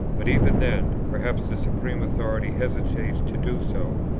but even then, perhaps the supreme authority hesitates to do so,